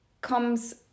comes